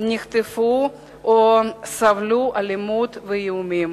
נחטפו או סבלו אלימות ואיומים.